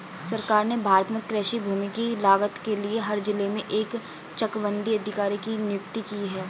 सरकार ने भारत में कृषि भूमि की लागत के लिए हर जिले में एक चकबंदी अधिकारी की नियुक्ति की है